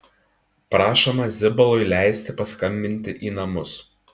prašoma zibalui leisti paskambinti į namus